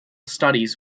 studies